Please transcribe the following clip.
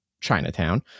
Chinatown